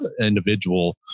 individual